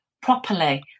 properly